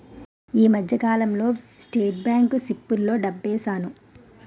ఈ మధ్యకాలంలో state bank సిప్పుల్లో డబ్బేశాను